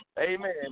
Amen